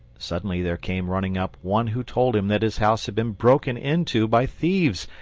suddenly there came running up one who told him that his house had been broken into by thieves,